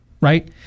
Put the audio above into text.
right